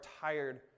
tired